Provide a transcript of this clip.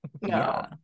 No